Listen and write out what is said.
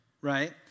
right